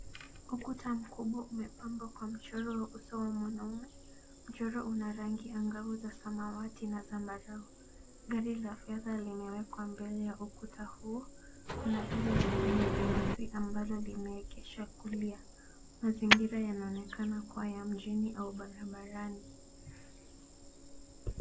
Ukuta mkubwa umepambwa Kwa mchoro wa uso wa mwanamume. Mchoro una rangi angavu za samawati na zambarau. Gari la fedha limewekwa mbele ya ukuta huu. Kuna gari jingine jeusi ambalo limeegeshwa upande wa kulia. Mazingira yanaonekana kuwa ya mjini au barabarani.